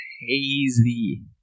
hazy